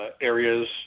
areas